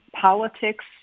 politics